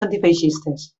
antifeixistes